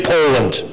Poland